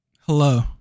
Hello